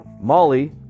Molly